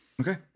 okay